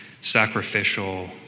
sacrificial